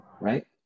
Right